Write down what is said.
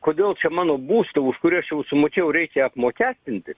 kodėl čia mano būstą už kurį aš jau sumokėjau reikia apmokestinti